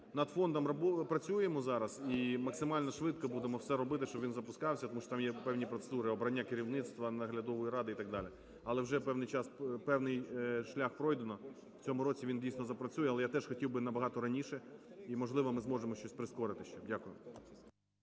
Над фондом працюємо зараз і максимально швидко будемо все робити, щоб він запускався, тому що там є певні процедури обрання керівництва, наглядової ради і так далі. Але вже певний час, певний шлях пройдено, в цьому році він дійсно запрацює. Але я теж хотів би набагато раніше і, можливо, ми зможемо щось прискорити ще. Дякую.